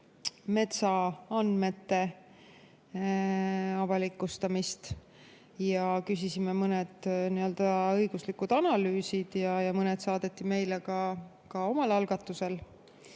metsaandmete avalikustamist. Küsisime mõned õiguslikud analüüsid ja mõned saadeti meile ka omal algatusel.